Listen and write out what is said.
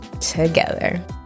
together